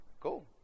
cool